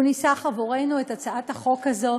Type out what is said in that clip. והוא ניסח עבורנו את הצעת החוק הזאת,